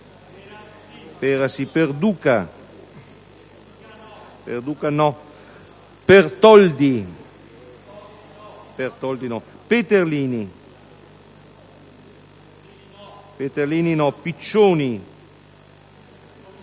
Perduca, Pertoldi, Peterlini, Pignedoli,